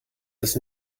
das